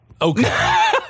Okay